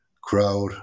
crowd